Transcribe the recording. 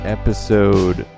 episode